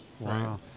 Wow